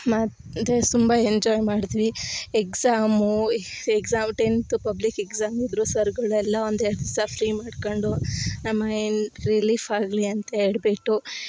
ಮತ್ತು ತುಂಬ ಎಂಜಾಯ್ ಮಾಡಿದ್ವಿ exam exam tenth public exam ಇದ್ರು ಸರ್ಗಳೆಲ್ಲಾ ಒಂದು ಎರಡು ದಿಸ ಫ್ರೀ ಮಾಡ್ಕೊಂಡು ನಮ್ಮ ಏನು ರಿಲೀಫ್ ಆಗಲಿ ಅಂತ ಹೇಳ್ಬಿಟ್ಟು